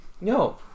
No